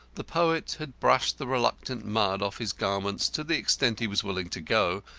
the poet had brushed the reluctant mud off his garments to the extent it was willing to go,